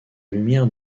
lumière